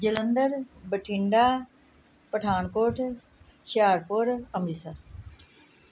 Jalandhar Bathinda Pathankot Hoshiarpur Amritsar